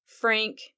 Frank